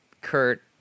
Kurt